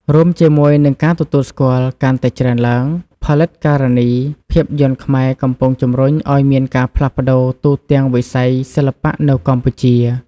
រួមជាមួយនឹងការទទួលស្គាល់កាន់តែច្រើនឡើង ផលិតការនីភាពយន្តខ្មែរកំពុងជំរុញឱ្យមានការផ្លាស់ប្តូរទូទាំងវិស័យសិល្បៈនៅកម្ពុជា។